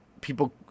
people